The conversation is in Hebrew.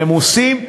ממוסים,